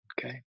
Okay